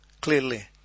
clearly